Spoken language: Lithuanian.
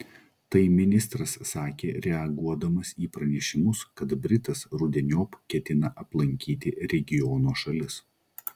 tai ministras sakė reaguodamas į pranešimus kad britas rudeniop ketina aplankyti regiono šalis